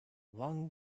wong